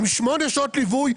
עם שמונה שעות ליווי,